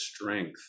strength